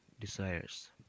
desires